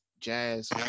jazz